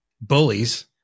bullies